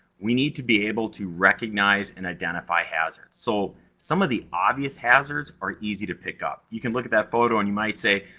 we need to be able to recognize and identify hazard. so, some of the obvious hazards are easy to pick up. you can look at that photo, and you might say,